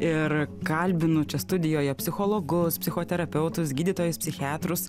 ir kalbinu čia studijoje psichologus psichoterapeutus gydytojus psichiatrus